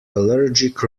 allergic